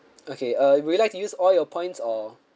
okay uh would you like to use all your points or